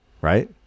Right